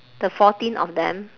the fourteen of them